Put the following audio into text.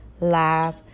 laugh